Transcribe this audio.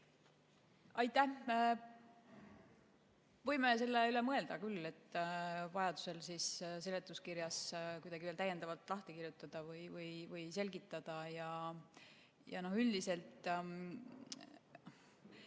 Aitäh! Võime selle üle mõelda küll, et vajadusel seletuskirjas midagi veel täiendavalt lahti kirjutada või selgitada. Ja üldiselt